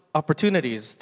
opportunities